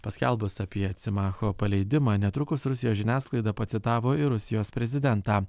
paskelbus apie cimacho paleidimą netrukus rusijos žiniasklaida pacitavo ir rusijos prezidentą